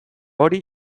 hori